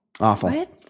Awful